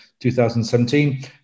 2017